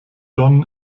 don